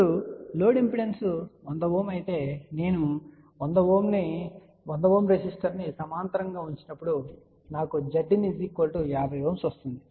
ఇప్పుడు load impedance 100Ω అయితే నేను 100 Ω రెసిస్టర్ను సమాంతరంగా ఉంచినపుడు మరియు నాకు Zin 50 Ω లభిస్తుంది